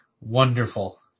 wonderful